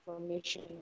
information